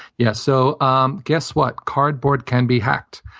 yeah. so um guess what? cardboard can be hacked.